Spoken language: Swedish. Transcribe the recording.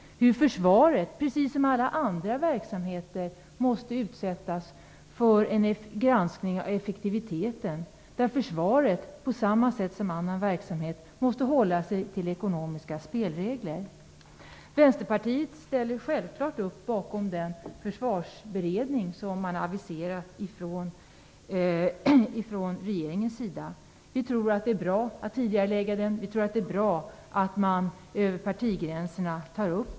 Försvaret, precis som alla andra verksamheter, måste utsättas för en granskning av effektiviteten. Försvaret måste på samma sätt som annan verksamhet hålla sig till ekonomiska spelregler. Vänsterpartiet ställer sig självfallet bakom den försvarsberedning som regeringen aviserat. Vi tror att det är bra att tidigarelägga den och att det är bra att frågan tas upp över partigränserna.